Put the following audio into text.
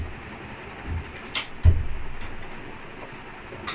he see he see that he has uh that many players he